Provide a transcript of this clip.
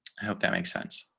hope that makes sense.